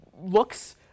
looks